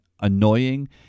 annoying